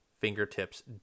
fingertips